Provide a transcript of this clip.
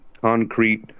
concrete